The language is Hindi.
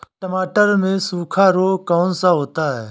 टमाटर में सूखा रोग कौन सा होता है?